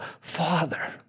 Father